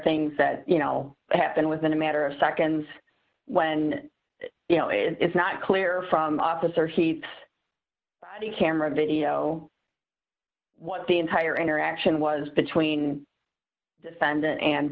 things that you know happen within a matter of seconds when you know it's not clear from officer heats the camera video what the entire interaction was between defendant and